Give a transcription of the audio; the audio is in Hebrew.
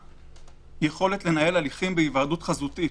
יכולת לנהל הליכים בהיוועדות חזותית.